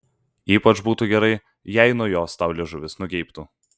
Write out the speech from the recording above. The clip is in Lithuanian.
ypač būtų gerai jei nuo jos tau liežuvis nugeibtų